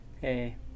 Hey